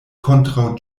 kontraŭ